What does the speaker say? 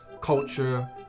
culture